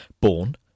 Born